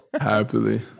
Happily